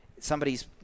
somebody's